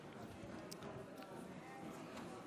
הישיבה,